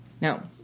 Now